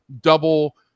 double